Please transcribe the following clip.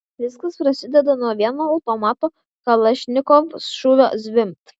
viskas prasideda nuo vieno automato kalašnikov šūvio zvimbt